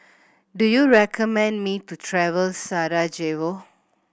do you recommend me to travel Sarajevo